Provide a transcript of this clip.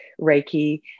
Reiki